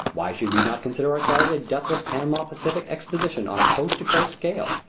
why should we not consider ourselves a deathless panama-pacific exposition on a coast-to-coast scale?